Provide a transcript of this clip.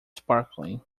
sparkling